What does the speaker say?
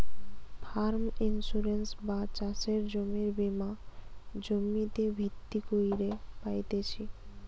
farm insurance বা চাষের জমির বীমা জমিতে ভিত্তি কইরে পাইতেছি